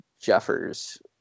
Jeffers